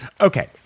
Okay